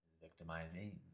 victimizing